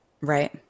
right